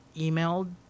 emailed